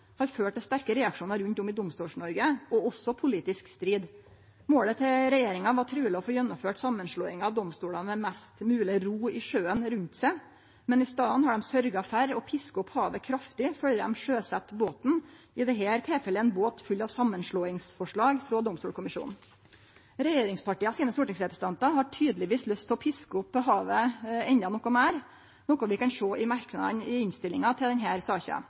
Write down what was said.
har ført til sterke reaksjonar rundt om i Domstols-Noreg og også politisk strid. Målet til regjeringa var truleg å få gjennomført samanslåing av domstolane med mest mogleg ro i sjøen rundt seg, men i staden har dei sørgt for å piske opp havet kraftig før dei sjøsette båten, i dette tilfellet ein båt full av samanslåingsforslag frå Domstolkommisjonen. Stortingsrepresentantane frå regjeringspartia har tydelegvis lyst til å piske opp havet endå litt meir, noko vi kan sjå i merknadene i innstillinga til denne saka.